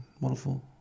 Wonderful